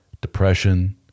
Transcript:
depression